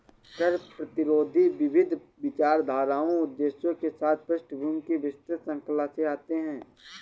कर प्रतिरोधी विविध विचारधाराओं उद्देश्यों के साथ पृष्ठभूमि की विस्तृत श्रृंखला से आते है